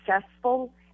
successful